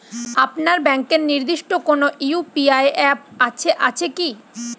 আপনার ব্যাংকের নির্দিষ্ট কোনো ইউ.পি.আই অ্যাপ আছে আছে কি?